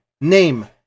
Name